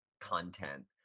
content